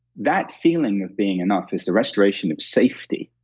that feeling of being enough is a restoration of safety,